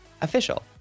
official